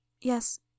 Yes